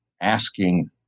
asking